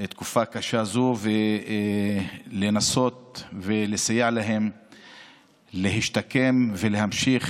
תקופה קשה זו ולנסות לסייע להם להשתקם ולהמשיך